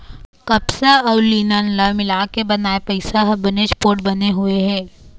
कपसा अउ लिनन ल मिलाके बनाए पइसा ह बनेच पोठ बने हुए हे